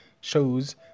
shows